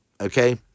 okay